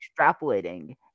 extrapolating